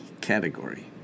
category